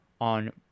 on